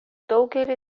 daugelyje